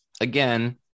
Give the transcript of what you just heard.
again